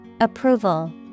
Approval